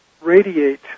radiate